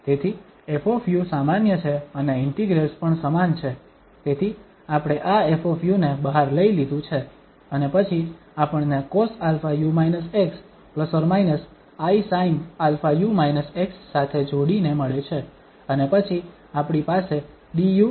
તેથી 𝑓 સામાન્ય છે અને ઇન્ટિગ્રેલ્સ પણ સમાન છે તેથી આપણે આ 𝑓 ને બહાર લઈ લીધું છે અને પછી આપણને cosαu−x ±isin αu−x સાથે જોડીને મળે છે અને પછી આપણી પાસે du અને dα છે